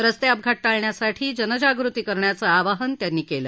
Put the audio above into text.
रस्ते अपघात टाळण्यासाठी जनजागृती करण्याचं आवाहन त्यांनी केलं